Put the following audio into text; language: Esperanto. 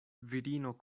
virino